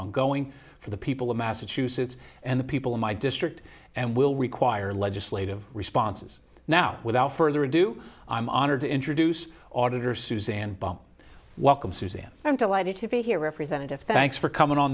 ongoing for the people of massachusetts and the people of my district and will require legislative responses now without further ado i'm honored to introduce auditor suzanne bump welcome suzanne i'm delighted to be here representative thanks for coming on